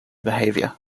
behavior